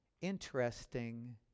interesting